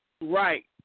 Right